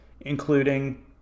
including